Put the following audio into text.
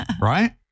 right